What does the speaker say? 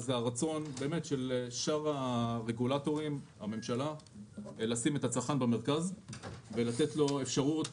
הרצון של שאר הרגולטורים בממשלה לשים את הצרכן במרכז ולתת לו אפשרות